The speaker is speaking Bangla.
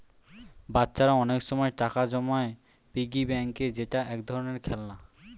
বাচ্চারা অনেক সময় টাকা জমায় পিগি ব্যাংকে যেটা এক ধরনের খেলনা